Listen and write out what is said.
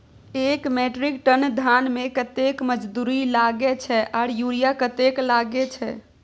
एक metric ton धान में कतेक मजदूरी लागे छै आर यूरिया कतेक लागे छै?